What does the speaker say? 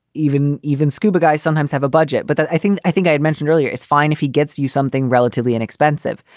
even even scuba guys sometimes have a budget. but i think i think i mentioned earlier it's fine if he gets you something relatively inexpensive.